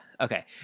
okay